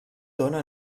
dóna